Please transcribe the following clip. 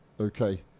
Okay